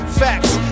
facts